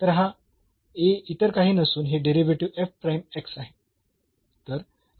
तर हा A इतर काही नसून हे डेरिव्हेटिव्ह आहे